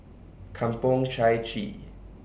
Kampong Chai Chee